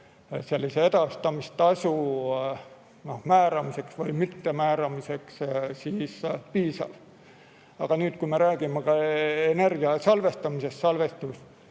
sellise edastamistasu määramiseks või mittemääramiseks piisav. Aga nüüd, kui me räägime ka energia salvestamisest